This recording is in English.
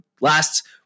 last